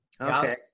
Okay